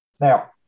Now